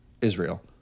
Israel